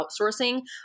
outsourcing